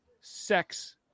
sex